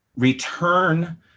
return